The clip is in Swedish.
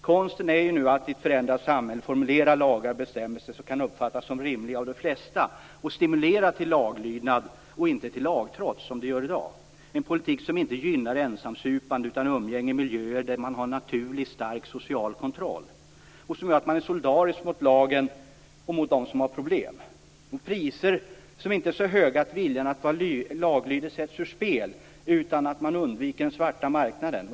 Konsten är att i ett förändrat samhälle formulera lagar och bestämmelser som kan uppfattas som rimliga av de flesta och som stimulerar till laglydnad, inte till lagtrots, vilket sker i dag. Det är fråga om en politik som inte gynnar ensamsupande utan umgänge i miljöer där man har en naturlig och stark social kontroll, en politik som gör att man är solidarisk mot lagen och mot dem som har problem, en politik som innebär priser som inte är så höga att viljan att vara laglydig sätts ur spel och som gör att man undviker den svarta marknaden.